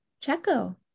Checo